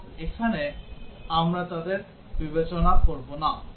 এবং এখানে আমরা তাদের বিবেচনা করব না